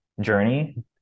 journey